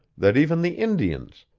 that even the indians,